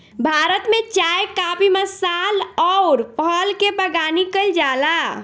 भारत में चाय काफी मसाल अउर फल के बगानी कईल जाला